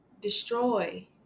destroy